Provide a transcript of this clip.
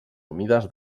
humides